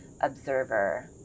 observer